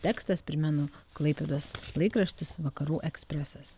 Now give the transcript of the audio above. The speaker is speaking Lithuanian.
tekstas primenu klaipėdos laikraštis vakarų ekspresas